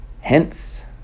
Hence